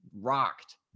rocked